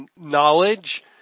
knowledge